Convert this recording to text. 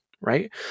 right